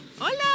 Hola